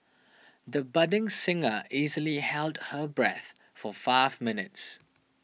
the budding singer easily held her breath for five minutes